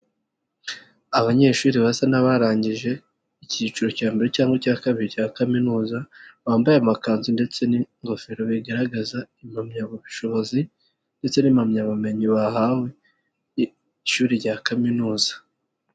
Abanyeshuri basa n'abarangije icyiciro cya mbere cyangwa cya kabiri cya kaminuza bambaye amakanzu ndetse n'ingofero bigaragaza impamyabushobozi ndetse n'impamyabumenyi bahawe n'ishuri rya kaminuza.